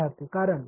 विद्यार्थीः कारण